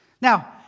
Now